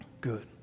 Good